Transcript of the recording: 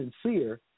sincere